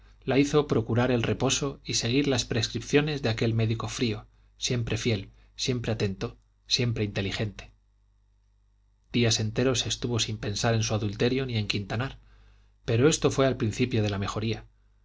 la hizo procurar el reposo y seguir las prescripciones de aquel médico frío siempre fiel siempre atento siempre inteligente días enteros estuvo sin pensar en su adulterio ni en quintanar pero esto fue al principio de la mejoría